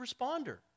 responder